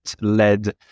led